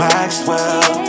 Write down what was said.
Maxwell